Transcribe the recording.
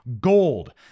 Gold